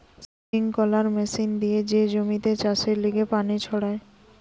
sprinkler machine দিয়ে যে জমিতে চাষের লিগে পানি ছড়ায়